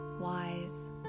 wise